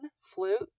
flute